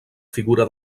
figura